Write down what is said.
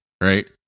right